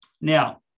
Now